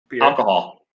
Alcohol